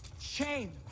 shame